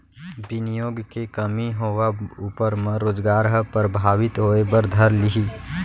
बिनियोग के कमी होवब ऊपर म रोजगार ह परभाबित होय बर धर लिही